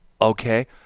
okay